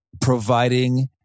providing